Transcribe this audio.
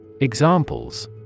Examples